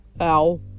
Ow